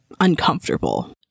uncomfortable